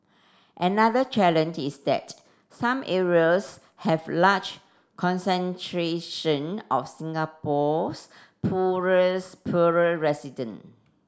another challenge is that some areas have large concentration of Singapore's poor resident